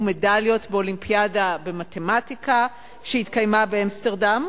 מדליות מהאולימפיאדה במתמטיקה שהתקיימה באמסטרדם,